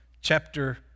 chapter